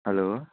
hello